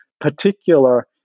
particular